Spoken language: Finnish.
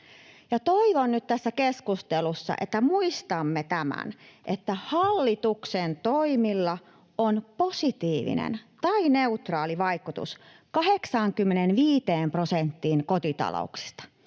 Toivon nyt tässä keskustelussa, että muistamme tämän, että hallituksen toimilla on positiivinen tai neutraali vaikutus 85 prosenttiin kotitalouksista.